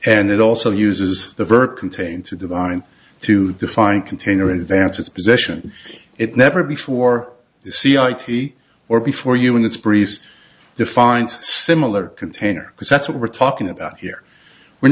and it also uses the verb contain to divine to define container in advance it's position it never before c i t or before you in this breeze defines similar container because that's what we're talking about here we're